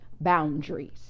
boundaries